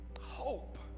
hope